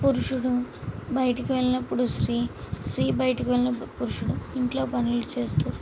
పురుషుడు బయటికి వెళ్ళినప్పుడు స్త్రీ స్త్రీ బయటికి వెళ్ళినప్పుడు పురుషుడు ఇంట్లో పనులు చేస్తూ